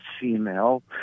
female